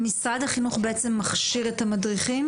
משרד החינוך בעצם מכשיר את המדריכים